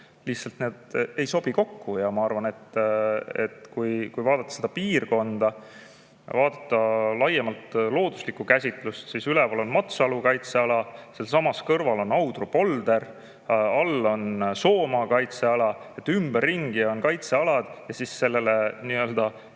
Lihtsalt need ei sobi kokku. Ja ma arvan, et kui vaadata seda piirkonda ning laiemalt loodus[maastikke], siis üleval on Matsalu kaitseala, sealsamas kõrval on Audru polder, all on Soomaa kaitseala. Ümberringi on kaitsealad ja siis sellel